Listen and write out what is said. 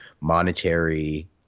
monetary